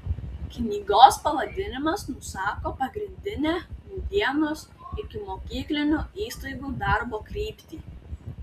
knygos pavadinimas nusako pagrindinę nūdienos ikimokyklinių įstaigų darbo kryptį